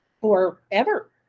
forever